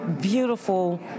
beautiful—